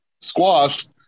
squashed